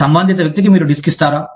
సంబంధిత వ్యక్తికి మీరు డిస్క్ ఇస్తారా